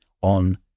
on